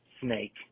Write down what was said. snake